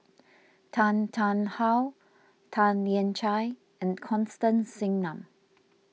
Tan Tarn How Tan Lian Chye and Constance Singam